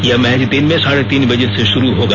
यह मैच दिन में साढे तीन बजे से शुरू होगा